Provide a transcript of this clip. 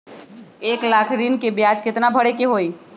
एक लाख ऋन के ब्याज केतना भरे के होई?